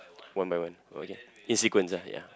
one by one oh ya in sequence ah ya